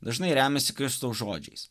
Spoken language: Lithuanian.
dažnai remiasi kristaus žodžiais